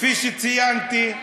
כפי שציינתי,